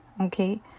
okay